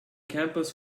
campus